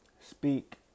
speak